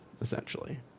essentially